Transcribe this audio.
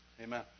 Amen